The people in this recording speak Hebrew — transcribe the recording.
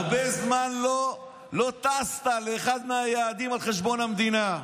הרבה זמן לא טסת לאחד מהיעדים על חשבון המדינה.